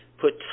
put